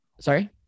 Sorry